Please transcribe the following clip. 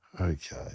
Okay